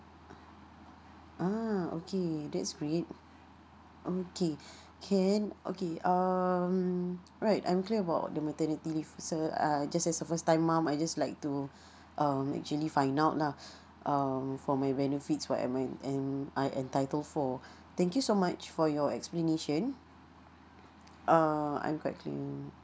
ah okay that's great okay can okay um right I'm clear about the maternity leave so uh just as a first time I just like to um actually find out lah um for my benefits what am I and entitled for thank you so much for your explanation uh I'm quite clear